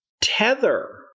Tether